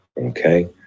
Okay